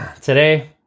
Today